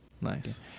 Nice